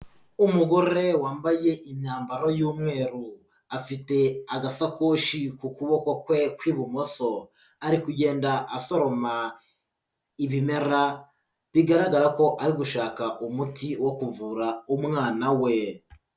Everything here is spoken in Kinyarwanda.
Umugore wambaye imyambaro y'umweru, afite agasakoshi ku kuboko kwe kw'ibumoso, ari kugenda asoroma ibimera bigaragara ko ari gushaka umuti wo kuvura umwana we.